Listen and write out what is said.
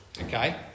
Okay